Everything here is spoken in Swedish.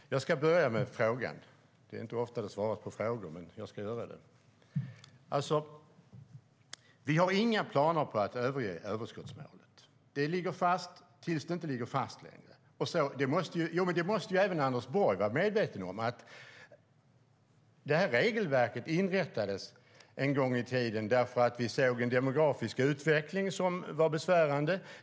Herr talman! Jag ska börja med frågan. Det är inte ofta det svaras på frågor, men jag ska göra det. Vi har inga planer på att överge överskottsmålet. Det ligger fast tills det inte ligger fast längre. Även Anders Borg måste vara medveten om att regelverket inrättades därför att vi såg en demografisk utveckling som var besvärande.